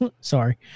Sorry